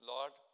Lord